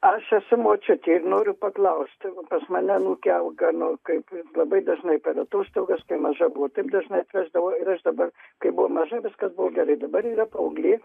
aš esu močiutė ir noriu paklaust pas mane anūkė auga nu kaip labai dažnai per atostogas kai maža buvo ir taip dažnai atveždavo ir aš dabar kai buvo maža viskas buvo gerai dabar yra paauglė